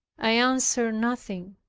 i answered nothing